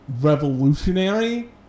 revolutionary